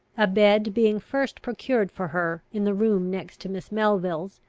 a bed being first procured for her in the room next to miss melville's,